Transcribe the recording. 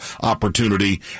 opportunity